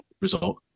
result